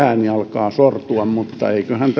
ääni alkaa sortua mutta eiköhän